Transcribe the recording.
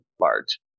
large